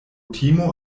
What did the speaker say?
timo